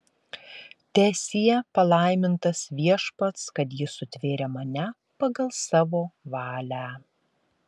teesie palaimintas viešpats kad jis sutvėrė mane pagal savo valią